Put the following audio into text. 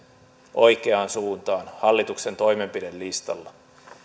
oikeaan suuntaan hallituksen toimenpidelistalla